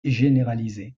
généralisée